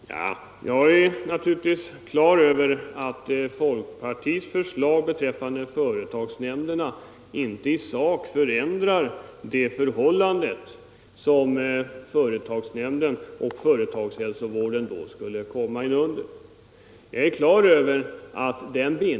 Fru talman! Jag är naturligtvis klar över att folkpartiets förslag beträffande företagsnämnderna inte i sak skulle innebära någon förändring av förhållandena när det gäller företagsnämnderna och företagshälsovår den.